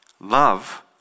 Love